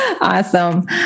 Awesome